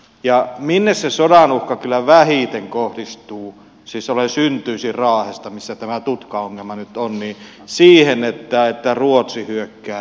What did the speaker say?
ja minne se sodan uhka kyllä vähiten kohdistuu siis olen syntyisin raahesta missä tämä tutkaongelma nyt on niin siihen että ruotsi hyökkää raaheen